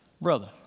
brother